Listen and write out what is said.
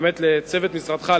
באמת, לצוות משרדך,